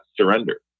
surrender